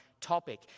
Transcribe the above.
topic